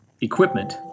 equipment